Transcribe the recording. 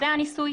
מבצע הניסוי,